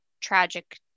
tragic